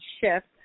shift